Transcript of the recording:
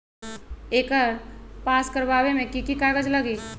एकर पास करवावे मे की की कागज लगी?